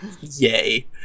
yay